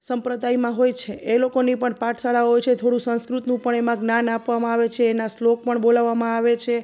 સંપ્રદાયમાં હોય છે એ લોકોની પણ પાઠશાળાઓ છે થોડું સંસ્કૃતનું પણ એમાં જ્ઞાન આપવામાં આવે છે એના શ્લોક પણ બોલાવામાં આવે છે